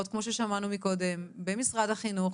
כמו ששמענו כאן קודם במשרד החינוך,